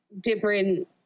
different